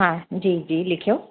हा जी जी लिखियो